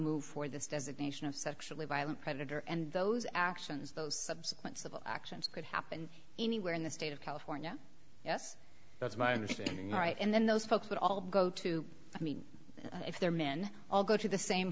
move for this designation of sexually violent predator and those actions those subsequent civil actions could happen anywhere in the state of california yes that's my understanding right and then those folks would all go to i mean if their men all go to the same